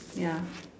ya